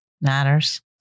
matters